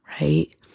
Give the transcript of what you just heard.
right